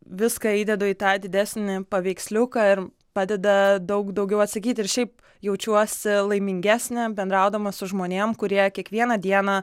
viską įdedu į tą didesnį paveiksliuką ir padeda daug daugiau atsakyti ir šiaip jaučiuosi laimingesnė bendraudama su žmonėm kurie kiekvieną dieną